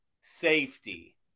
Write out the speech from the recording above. safety